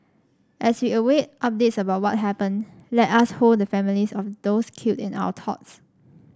as we await updates about what happened let us hold the families of those killed in our thoughts